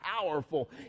powerful